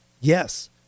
yes